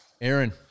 Aaron